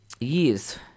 years